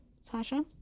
Sasha